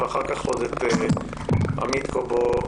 ואחר כך את עמית קובו-רום,